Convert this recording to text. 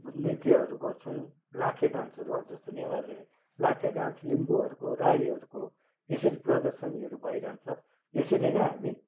नृत्यहरू गर्छौँ लाखे डान्सहरू अब जस्तो नेवारहरूले लाखे डान्स लिम्बुहरूको राईहरूको यसरी प्रदर्शनीहरू भइरहन्छ यसरी नै हामी